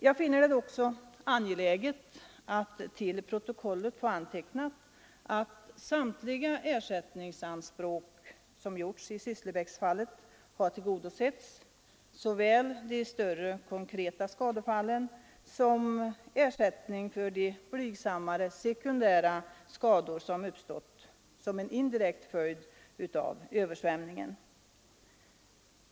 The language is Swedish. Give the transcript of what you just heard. Jag finner det angeläget att till protokollet få antecknat att samtliga ersättningsanspråk som framställts i Sysslebäcksfallet har tillgodosetts, såväl i fråga om de större konkreta skadefallen som i fråga om de blygsammare skador som uppstått som en indirekt följd av översvämningen.